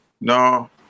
No